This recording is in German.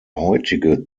heutige